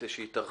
התשע"ט-2018.